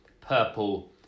purple